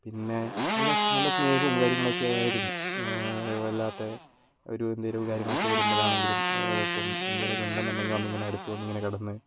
പിന്നെ നല്ല നല്ല സ്നേഹവും കാര്യങ്ങളും ഒക്കെ ആയിരുന്നു വല്ലാത്തെ ഒരു എന്തെങ്കിലും കാര്യങ്ങളൊക്കെ വരുമ്പോഴാണെങ്കിലും ഇപ്പം എന്തെങ്കിലുമൊക്കെ ഉണ്ടെന്നുണ്ടെങ്കിൽ ഒന്ന് ഇങ്ങനെ അടുത്ത് വന്നിങ്ങനെ കിടന്ന്